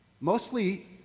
Mostly